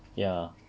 ya